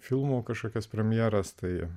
filmo kažkokias premjeras tai